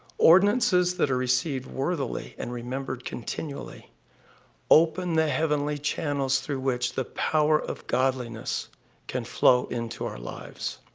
ordinances that are received worthily and remembered continually open the heavenly channels through which the power of godliness can flow into our lives.